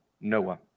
Noah